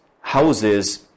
houses